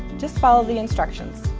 just follow the instructions.